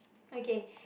okay